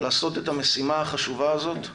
לעשות את המשימה החשובה הזאת,